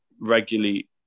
regularly